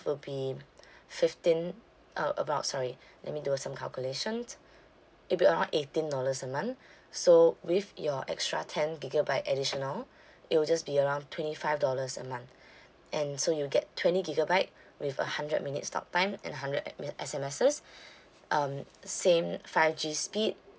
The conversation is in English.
will be fifteen uh about sorry let me do uh some calculations it will be around eighteen dollars a month so with your extra ten gigabyte additional it will just be around twenty five dollars a month and so you get twenty gigabyte with a hundred minutes talk time and hundred M S_M_Ses um same five G speed